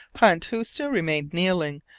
hunt, who still remained kneeling,